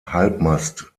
halbmast